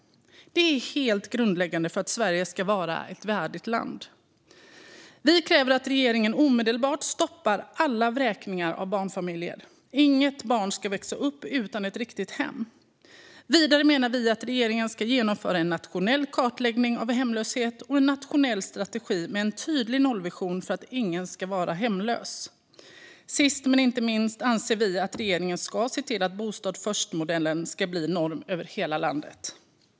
Det är helt grundläggande för att Sverige ska vara ett värdigt land. Vi kräver att regeringen omedelbart stoppar alla vräkningar av barnfamiljer. Inget barn ska växa upp utan ett riktigt hem. Vidare menar vi att regeringen ska genomföra en nationell kartläggning av hemlöshet och en nationell strategi med en tydlig nollvision för att ingen ska vara hemlös. Sist men inte minst anser vi att regeringen ska se till att Bostad först-modellen ska bli norm över hela landet.